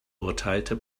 urteilte